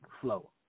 flow